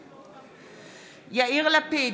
בעד יאיר לפיד,